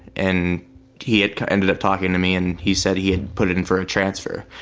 and he had ended up talking to me, and he said he had put in for a transfer.